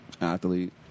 athlete